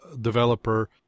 developer